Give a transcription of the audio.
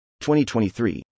2023